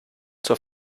zur